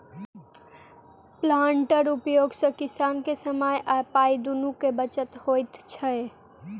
प्लांटरक उपयोग सॅ किसान के समय आ पाइ दुनूक बचत होइत छै